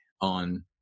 on